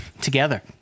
Together